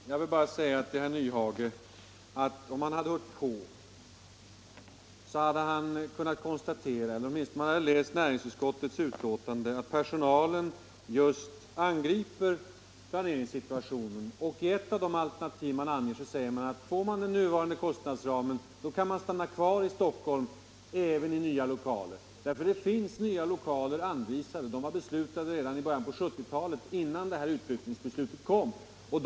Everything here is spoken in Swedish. Herr talman! Jag vill bara säga till herr Nyhage att om han hade hört på debatten eller åtminstone läst näringsutskottets betänkande, hade han kunnat konstatera att personalen just angripit planeringssituationen. I ett av de alternativ man anger säger man att får man den nuvarande kostnadsramen, kan man stanna kvar i Stockholm även i nya lokaler, för det finns nya sådana anvisade. De var beslutade i början på 1970-talet, innan det här utflyttningsbeslutet fattades.